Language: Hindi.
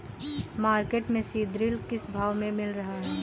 मार्केट में सीद्रिल किस भाव में मिल रहा है?